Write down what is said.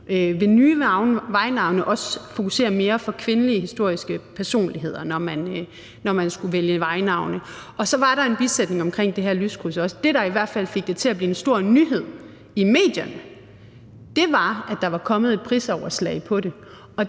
også kunne fokusere mere på kvindelige historiske personligheder, når man skulle vælge nye vejnavne, og så var der også en bisætning omkring det her lyskryds. Det, der i hvert fald fik det til at blive en stor nyhed i medierne, var, at der var kommet et prisoverslag på det,